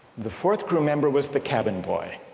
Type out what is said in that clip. the fourth crew member was the cabin boy,